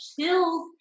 chills